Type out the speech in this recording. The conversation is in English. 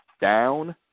Down